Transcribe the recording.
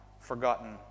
forgotten